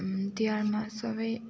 तिहारमा सबै